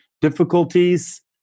difficulties